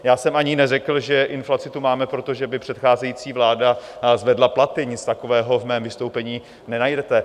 Já jsem ani neřekl, že inflaci tu máme proto, že by předcházející vláda zvedla platy, nic takového v mém vystoupení nenajdete.